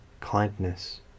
kindness